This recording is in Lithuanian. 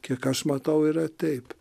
kiek aš matau yra taip